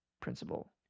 principle